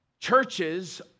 churches